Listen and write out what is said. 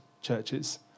churches